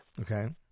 Okay